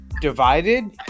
divided